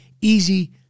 Easy